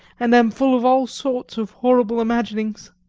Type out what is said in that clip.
and am full of all sorts of horrible imaginings.